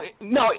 no